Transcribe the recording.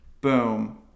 Boom